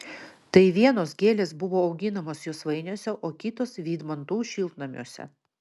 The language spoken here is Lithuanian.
tai vienos gėlės buvo auginamos josvainiuose o kitos vydmantų šiltnamiuose